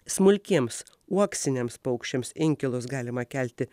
smulkiems uoksiniams paukščiams inkilus galima kelti